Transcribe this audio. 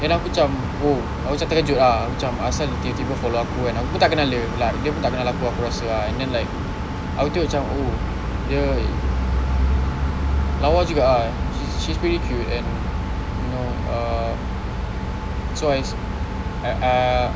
and aku cam !whoa! aku cam terkejut ah aku cam asal dia tiba-tiba follow aku kan aku tak kenal dia like dia pun tak kenal aku aku rasa ah and then like aku tengok macam oh dia lawa juga ah she's pretty cute and you know uh so I I uh